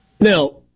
Now